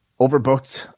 overbooked